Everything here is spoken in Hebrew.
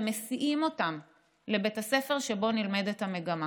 ומסיעים אותם לבית הספר שבו נלמדת המגמה.